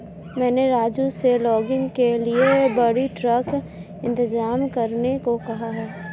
मैंने राजू से लॉगिंग के लिए बड़ी ट्रक इंतजाम करने को कहा है